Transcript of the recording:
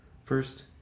first